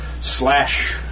slash